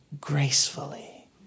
gracefully